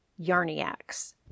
YARNIACS